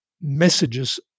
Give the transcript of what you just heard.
messages